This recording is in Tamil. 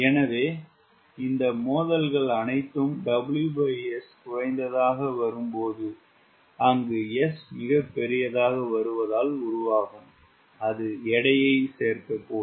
எனவே இந்த மோதல்கள் அனைத்தும் W S குறைந்ததாக வரும்போது அங்கு S மிகப் பெரியதாக வருவதால் உருவாகும் அது எடையை சேர்க்கக்கூடும்